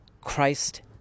Christ